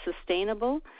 sustainable